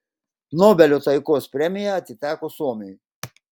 nobelio taikos premija atiteko suomiui